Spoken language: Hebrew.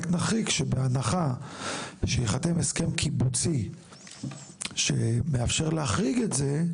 רק נחריג שבהנחה שייחתם הסכם קיבוצי שמאפשר להחריג את זה,